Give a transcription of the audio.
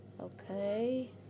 Okay